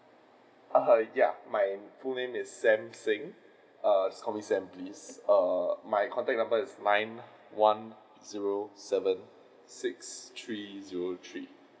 err ya my full name is sam seng just call me sam please err my contact number is nine one zero seven six three zero three